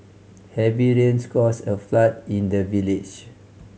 heavy rains caused a flood in the village